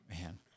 man